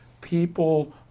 people